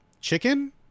Chicken